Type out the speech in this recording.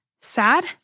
sad